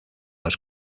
los